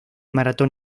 maratón